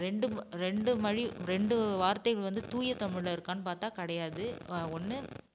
ரெண்டு வ ரெண்டு மழி ரெண்டு வார்த்தைகள் வந்து தூய தமிழில் இருக்கான்னு பார்த்தா கிடையாது வ ஒன்று